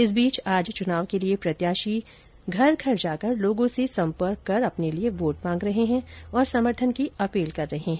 इस बीच आज चुनाव के लिए प्रत्याशी घर घर जाकर लोगों से संपर्क कर अपने लिए योट मांग रहे हैं और समर्थन की अपील कर रहे हैं